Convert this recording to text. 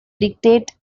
dictate